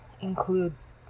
includes